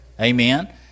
Amen